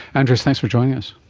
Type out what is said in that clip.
andreas, thanks for joining us.